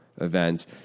events